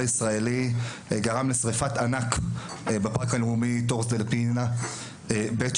ישראלי גרם לשריפת ענק בפארק הלאומי טורס דל פיינה בצ'ילה,